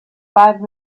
five